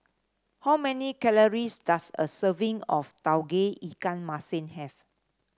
how many calories does a serving of Tauge Ikan Masin have